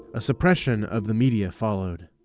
a suppression of the media followed.